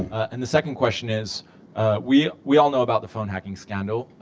and the second question is we we all know about the phone hacking scandal.